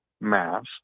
mask